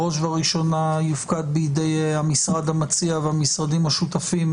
בראש ובראשונה יופקד בידי המשרד המציע והמשרדים שותפים